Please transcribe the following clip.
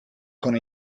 con